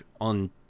on